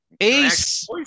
Ace